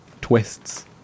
Twists